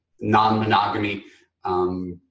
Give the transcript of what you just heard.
non-monogamy